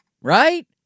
Right